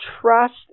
trust